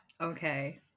okay